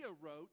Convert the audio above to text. wrote